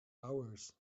hours